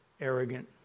arrogant